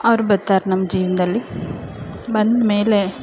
ಅವ್ರು ಬರ್ತಾರ್ ನಮ್ಮ ಜೀವನದಲ್ಲಿ ಬಂದಮೇಲೆ